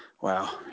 wow